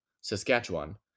Saskatchewan